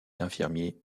infirmier